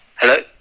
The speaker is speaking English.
Hello